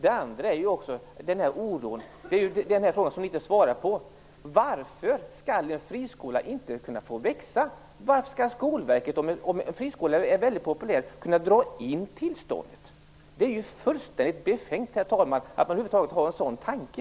Den andra frågan som inte har fått svar är: Varför skall en friskola inte få växa? Varför skall Skolverket, om friskolan är väldigt populär, kunna dra in tillståndet? Det är fullständigt befängt, herr talman, att man över huvud taget har en sådan tanke.